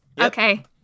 Okay